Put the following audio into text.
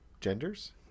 genders